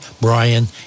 Brian